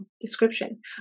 description